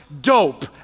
dope